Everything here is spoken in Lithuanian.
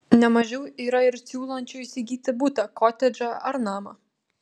ne mažiau yra ir siūlančių įsigyti butą kotedžą ar namą